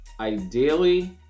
Ideally